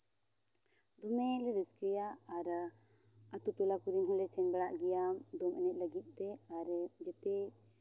ᱫᱚᱢᱮ ᱞᱮ ᱨᱟᱹᱥᱠᱟᱹᱭᱟ ᱟᱨ ᱟᱛᱳ ᱴᱚᱞᱟ ᱠᱚᱨᱮ ᱦᱚᱸ ᱞᱮ ᱥᱮᱱ ᱵᱟᱲᱟᱜ ᱜᱮᱭᱟ ᱫᱚᱝ ᱮᱱᱮᱡ ᱞᱟᱹᱜᱤᱫ ᱛᱮ ᱟᱨ ᱡᱮᱛᱮ